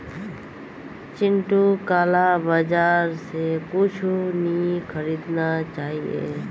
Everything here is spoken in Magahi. चिंटूक काला बाजार स कुछू नी खरीदना चाहिए